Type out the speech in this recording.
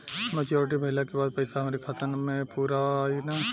Maturity भईला के बाद पईसा हमरे खाता म पूरा आई न?